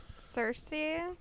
Cersei